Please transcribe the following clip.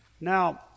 Now